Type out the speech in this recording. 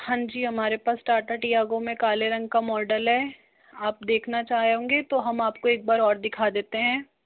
हाँ जी हमारे पास टाटा टियागो में काले रंग का मॉडल है आप देखना चाह होंगे तो हम आपको एक बार और दिखा देते हैं